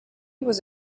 was